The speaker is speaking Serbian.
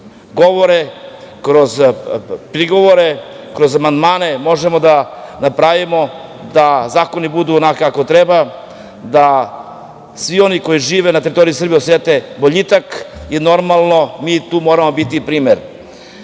kroz govore, kroz prigovore, kroz amandmane, možemo da napravimo da zakoni budu onako kako treba, da svi oni koji žive na teritoriji Srbije, osete boljitak, i normalno, mi tu moramo biti primer. Ovo